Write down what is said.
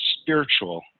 spiritual